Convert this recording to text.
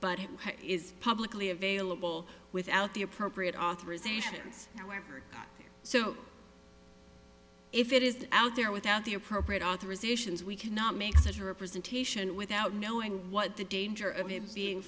it is publicly available without the appropriate authorizations however so if it is out there without the appropriate authorizations we cannot make that representation without knowing what the danger of it being